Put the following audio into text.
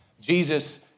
Jesus